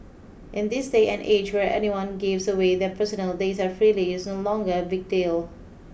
in this day and age where everyone gives away their personal data freely it is no longer a big deal